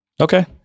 Okay